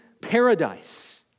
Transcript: paradise